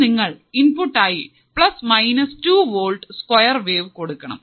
ഇനി നിങ്ങൾ ഇൻപുട്ട് ആയി plus minus 2 volt square wave കൊടുക്കുന്നു